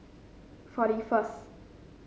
forty first